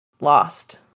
lost